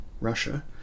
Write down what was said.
Russia